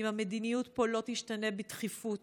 אם המדיניות פה לא תשתנה בדחיפות